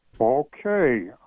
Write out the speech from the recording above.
Okay